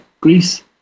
Greece